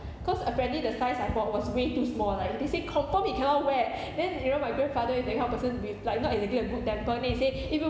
cause apparently the size I bought was way too small like they say confirm he cannot wear then you know my grandfather is that kind of person to be like not exactly a good-tempered then he say if you